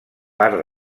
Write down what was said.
part